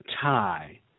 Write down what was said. tie